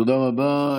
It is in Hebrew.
תודה רבה.